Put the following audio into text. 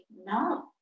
no